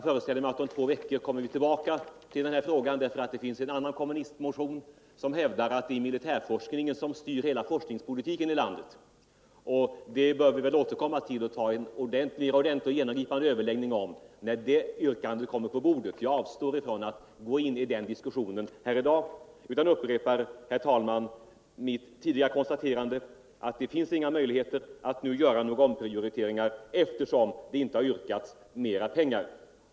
Om två veckor kommer vi troligen tillbaka till den här frågan, för det finns en annan kommunistmotion som hävdar att det är militärforskningen som styr hela forskningspolitiken i landet. Det yrkandet bör vi ha överläggning om när det kommer på riksdagens bord. Jag avstår från att gå in på den diskussionen i dag och konstaterar åter att utskottet inte velat förorda omprioriteringar inom beviljade anslagsramar. Herr talman!